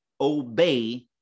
obey